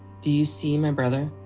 do you see my brother?